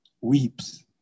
weeps